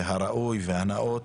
הראוי והנאות